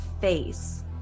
face